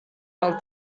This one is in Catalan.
pel